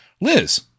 Liz